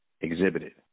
exhibited